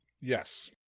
Yes